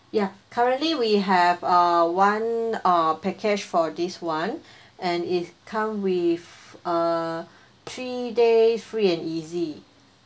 ya currently we have uh one uh package for this one and it come with a three day free and easy